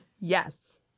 Yes